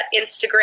Instagram